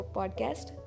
podcast